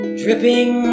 dripping